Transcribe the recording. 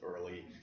early